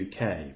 UK